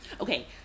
Okay